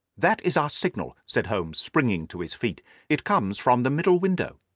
that is our signal, said holmes, springing to his feet it comes from the middle window.